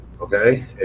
okay